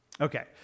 Okay